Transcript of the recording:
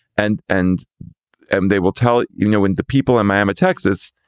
and and and they will tell you know when the people in miama, texas,